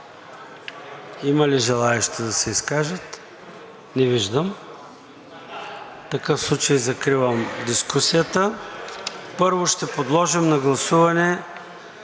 Има ли желаещи да се изкажат? Не виждам. Закривам дискусията. Първо ще подложа на гласуване